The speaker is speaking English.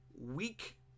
week